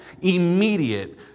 immediate